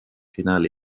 finaali